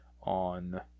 on